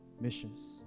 missions